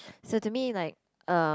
so to me like um